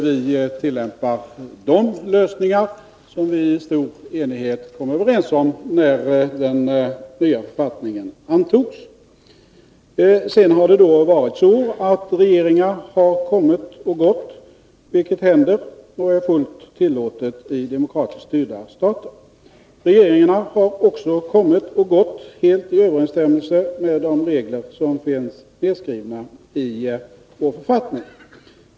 Vi tillämpar de lösningar som vi i stor enighet kom överens om när den nya författningen antogs. Regeringar har vidare kommit och gått — sådant händer och är fullt tillåtet i demokratiskt styrda stater. Regeringarna har också kommit och gått helt i överensstämmelse med de regler som finns inskrivna i vår författning.